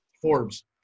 Forbes